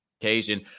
occasion